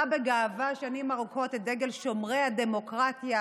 בגאווה שנים ארוכות את דגל שומרי הדמוקרטיה,